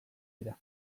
dira